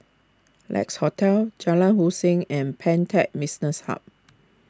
Lex Hotel Jalan Hussein and Pantech Business Hub